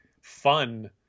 fun